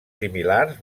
similars